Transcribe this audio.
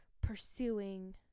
pursuing